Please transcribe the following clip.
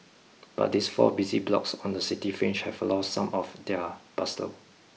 but these four busy blocks on the city fringe have lost some of their bustle